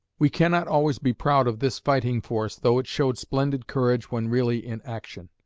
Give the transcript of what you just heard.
we cannot always be proud of this fighting force, though it showed splendid courage when really in action.